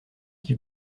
qui